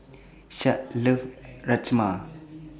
Shad loves Rajma